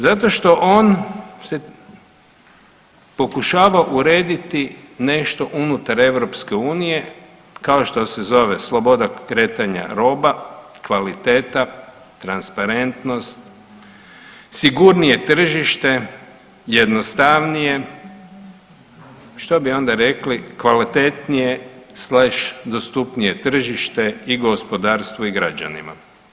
Zato što on se pokušava urediti nešto unutar Europske unije kao što se zove sloboda kretanja roba, kvaliteta, transparentnost, sigurnije tržište, jednostavnije što bi onda rekli kvalitetnije sleš dostupnije tržište i gospodarstvu i građanima.